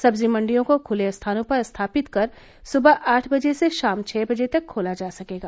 सब्जी मंडियों को खुले स्थानों पर स्थापित कर सुबह आठ बजे से शाम छ बजे तक खोला जा सकेगा